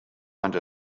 under